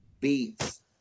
beats